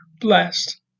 blessed